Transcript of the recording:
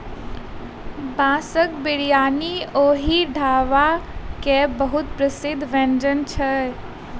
बांसक बिरयानी ओहि ढाबा के बहुत प्रसिद्ध व्यंजन छल